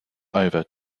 over